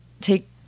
take